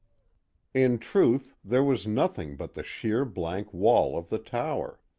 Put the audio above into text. in truth there was nothing but the sheer blank wall of the tower.